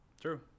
True